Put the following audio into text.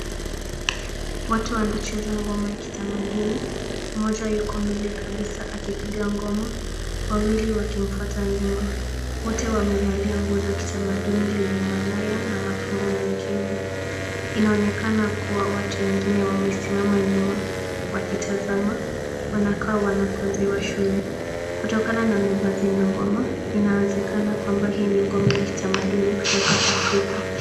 Watu wanacheza ngoma ya kitamaduni, mmoja yuko mbele kabisa akipiga ngoma, wawili wakimfuata nyuma. Wote wamevalia nguo za kitamaduni lenye manyoya na mapambo mengine. Inaonekana kuwa watu wengine wamesimama nyuma wakitazama, wanakaa wanafunzi wa shule. Kutokana na mavazi na ngoma inawezekana kwamba hii ni ngoma ya kitamaduni kutoka Afrika.